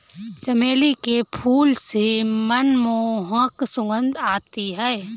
चमेली के फूल से मनमोहक सुगंध आती है